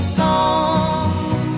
songs